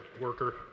worker